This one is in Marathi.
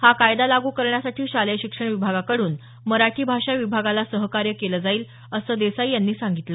हा कायदा लागू करण्यासाठी शालेय शिक्षण विभागाकडून मराठी भाषा विभागाला सहकार्य केलं जाईल असं देसाई यांनी सांगितलं